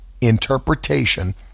interpretation